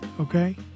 Okay